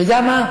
אתה יודע מה?